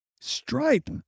stripe